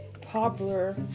popular